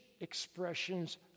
expressions